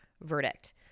verdict